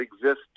exist